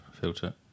filter